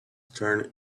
turned